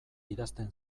idazten